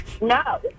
No